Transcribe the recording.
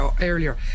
earlier